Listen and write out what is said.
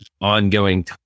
ongoing